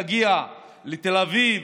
להגיע לתל אביב,